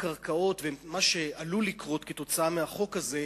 הקרקעות ומה שעלול לקרות כתוצאה מהחוק הזה,